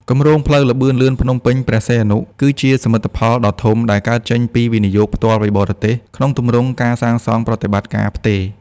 គម្រោងផ្លូវល្បឿនលឿនភ្នំពេញ-ព្រះសីហនុ គឺជាសមិទ្ធផលដ៏ធំដែលកើតចេញពី វិនិយោគផ្ទាល់ពីបរទេស ក្នុងទម្រង់ការសាងសង់-ប្រតិបត្តិការ-ផ្ទេរ។